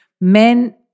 Men